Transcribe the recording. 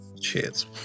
cheers